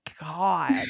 God